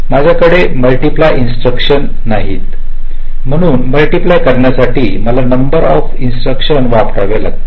माझ्याकडे multiply instruction नाहीत म्हणून मल्टिप्लाय करण्यासाठी मला नंबर ऑफ इिंस्त्रक्शन्स वापराव्या लागतील